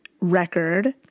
record